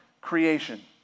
creation